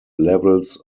levels